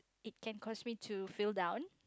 it can cause me to feel down